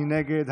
מי נגד?